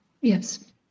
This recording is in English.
Yes